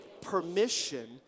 permission